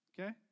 okay